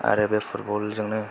आरो बे फुटबल जोंनो